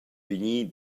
vegnir